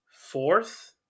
fourth